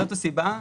זאת הסיבה,